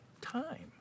time